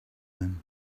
men